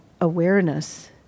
awareness